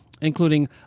including